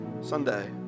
Sunday